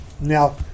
Now